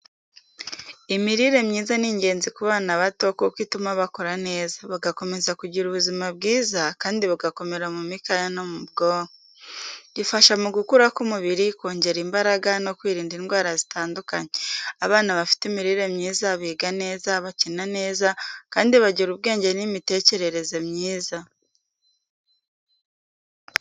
Imirire myiza ni ingenzi ku bana bato kuko ituma bakura neza, bagakomeza kugira ubuzima bwiza kandi bagakomera mu mikaya no mu bwonko. Ifasha mu gukura k’umubiri, kongera imbaraga no kwirinda indwara zitandukanye. Abana bafite imirire myiza biga neza, bakina neza kandi bagira ubwenge n’imitekerereze myiza.